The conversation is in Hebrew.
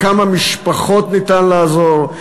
לכמה משפחות ניתן לעזור?